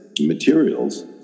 materials